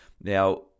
Now